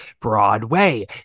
Broadway